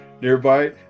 nearby